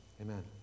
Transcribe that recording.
amen